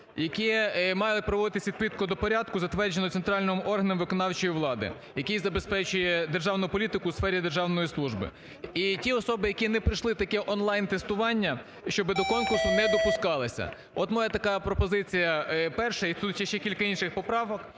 яке має проводитися відповідно до порядку, затвердженого центральним органом виконавчої влади, який забезпечує державну політику у сфері державної служби. І ті особи, які не пройшли таке онлайн тестування, щоб до конкурсу не допускалися. От моя така пропозиція перша, і тут є ще кілька інших поправок,